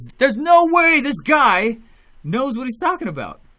there's no way this guy knows what he's talking about.